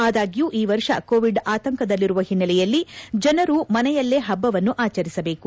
ಆದಾಗ್ಯೂ ಈ ವರ್ಷ ಕೋವಿಡ್ ಆತಂಕದಲ್ಲಿರುವ ಹಿನ್ನೆಲೆಯಲ್ಲಿ ಜನರು ಮನೆಯಲ್ಲೇ ಹಬ್ಬವನ್ನು ಆಚರಿಸಬೇಕು